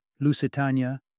Lusitania